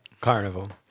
Carnival